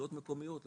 רשויות מקומיות למשל,